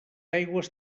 aigües